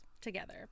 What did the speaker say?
together